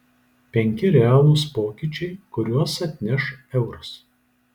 penki realūs pokyčiai kuriuos atneš euras